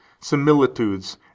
similitudes